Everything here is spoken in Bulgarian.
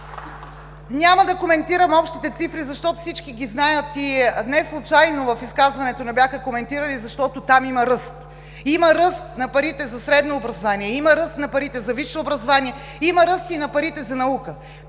Няма да коментирам общите цифри, защото всички ги знаят и неслучайно в изказването не бяха коментирани, защото там има ръст – има ръст на парите за средно образование, има ръст на парите за висше образование, има ръст и на парите за наука.